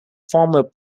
former